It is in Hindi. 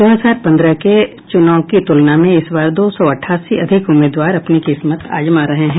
दो हजार पंद्रह के चुनाव की तुलना में इस बार दो सौ अठासी अधिक उम्मीदवार अपनी किस्मत आजमा रहे हैं